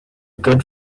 good